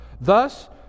Thus